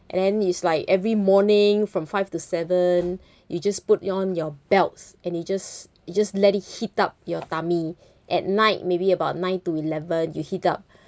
and then it's like every morning from five to seven you just put on your belts and you just you just let it heat up your tummy at night maybe about nine to eleven you heat up